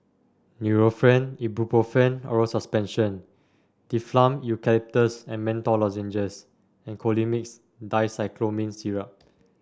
Nurofen Ibuprofen Oral Suspension Difflam Eucalyptus and Menthol Lozenges and Colimix Dicyclomine Syrup